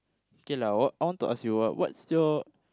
okay lah what I want to ask you what what's your